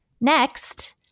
Next